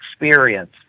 experience